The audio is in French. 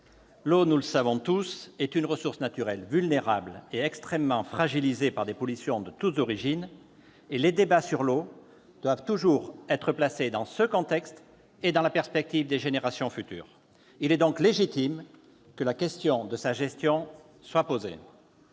l'eau, nous le savons tous, est une ressource naturelle vulnérable et extrêmement fragilisée par des pollutions de toutes origines. Et les débats sur l'eau doivent toujours être replacés dans ce contexte et dans la perspective des générations futures. Il est donc légitime que la question de sa gestion soit posée.